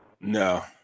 No